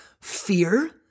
fear